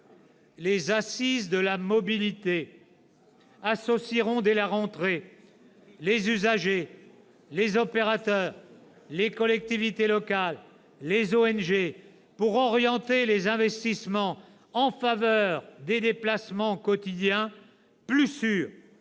Les assises de la mobilité associeront, dès la rentrée, les usagers, les opérateurs, les collectivités, les ONG, pour orienter les investissements en faveur de déplacements quotidiens plus sûrs,